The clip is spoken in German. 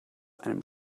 einem